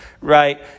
right